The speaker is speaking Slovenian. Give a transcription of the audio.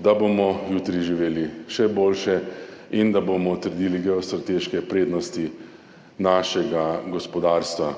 da bomo jutri živeli še boljše in da bomo utrdili geostrateške prednosti svojega gospodarstva.